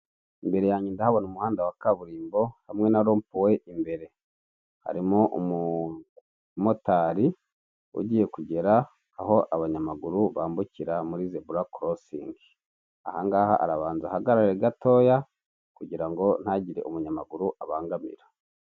Imbere yanjye ndahabona umuhanda wa kaburimbo hamwe na rompo we imbere harimo umumotari ugiye kugera aho abanyamaguru bambukira muri zeburakorosingi ahangaha arabanza ahagarare gatoya kugira ngo ntagire umunyamaguru abangamira.